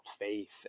faith